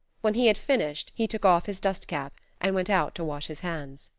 when he had finished he took off his dust-cap and went out to wash his hands.